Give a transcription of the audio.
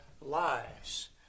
lives